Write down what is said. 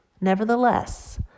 Nevertheless